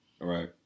Right